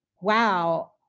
wow